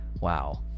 Wow